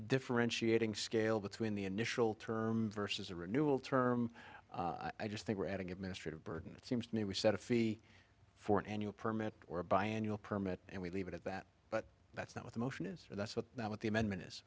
differentiating scale between the initial term versus a renewal term i just think we're adding administrative burden it seems to me we set a fee for an annual permit or a bi annual permit and we leave it at that but that's not what the motion is for that's what that what the amendment is